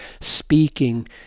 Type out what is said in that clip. speaking